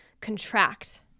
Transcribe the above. contract